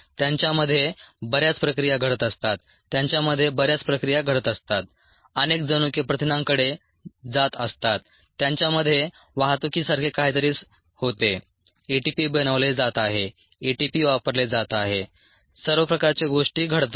त्यांच्यामध्ये बऱ्याच प्रक्रिया घडत असतात त्यांच्यामध्ये बऱ्याच प्रक्रिया घडत असतात अनेक जनुके प्रथिनांकडे जात असतात त्यांच्यामध्ये वाहतुकीसारखे काहीतरी होते एटीपी बनवले जात आहे एटीपी वापरले जात आहे सर्व प्रकारच्या गोष्टी घडत आहेत